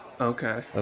Okay